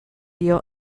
dio